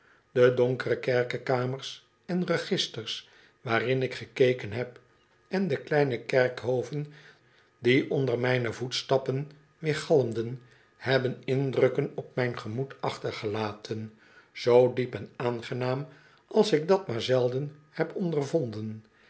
de donkere kerkekamers en registers waarin ik gekeken heb en de kleine kerkhoven die onder myne voetstappen weergalmden hebben indrukken op mijn gemoed achtergelaten zoo diep en aangenaam als ik dat maar zelden heb ondervonden